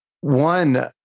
One